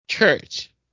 Church